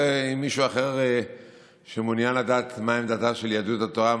ואם מישהו אחר מעוניין לדעת מה עמדתה של יהדות התורה,